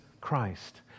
Christ